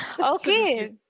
Okay